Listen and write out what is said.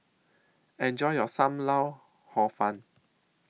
Enjoy your SAM Lau Hor Fun